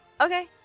Okay